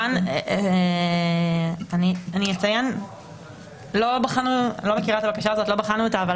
אני אציין שאני לא מכירה את הבקשה ולא בחנו אותה אבל